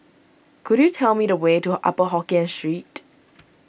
could you tell me the way to Upper Hokkien Street